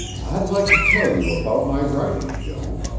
i'd like to tell you about my writing, joan.